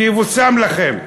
שיבושם לכם.